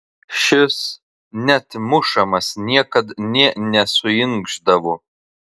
šis net mušamas niekad nė nesuinkšdavo